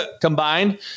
combined